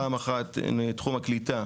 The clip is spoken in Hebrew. פעם אחת בתחום הקליטה,